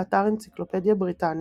באתר אנציקלופדיה בריטניקה בריטניקה דבשה,